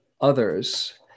others